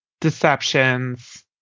deceptions